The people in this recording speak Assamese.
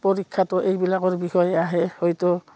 পৰীক্ষাটো এইবিলাকৰ বিষয়ে আহে হয়তো